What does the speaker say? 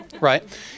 Right